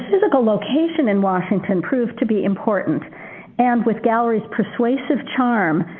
physical location in washington proved to be important and with gallery's persuasive charm,